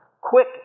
quick